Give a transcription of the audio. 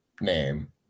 name